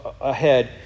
ahead